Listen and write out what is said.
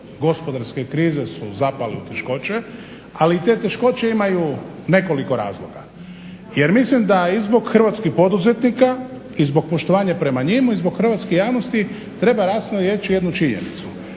gospodarske krize su zapali u teškoće, ali i te teškoće imaju nekoliko razloga. Jer mislim da je i zbog hrvatskih poduzetnika i zbog poštovanja prema njima i zbog hrvatske javnosti treba jasno reći jednu činjenicu,